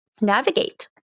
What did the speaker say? navigate